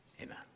Amen